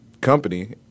company